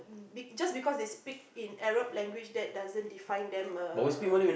be just because they speak in Arab language that doesn't define them err